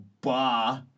bah